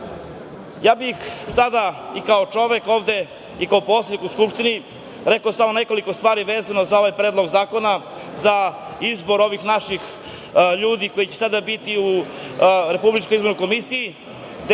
bih sada i kao čovek ovde i kao poslanik u Skupštini rekao samo nekoliko stvari vezano za ovaj Predlog zakona za izbor ovih naših ljudi koji će sada biti u RIK-u gde je ovo još